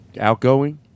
Outgoing